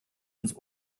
ins